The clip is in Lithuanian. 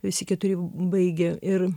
visi keturi baigė ir